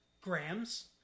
grams